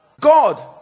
god